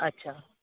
अच्छा